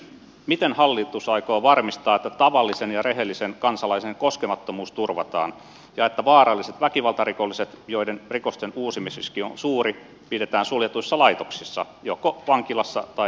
miten hallitus aikoo varmistaa että tavallisen ja rehellisen kansalaisen koskemattomuus turvataan ja että vaaralliset väkivaltarikolliset joiden rikosten uusimisriski on suuri pidetään suljetuissa laitoksissa joko vankilassa tai mielisairaalassa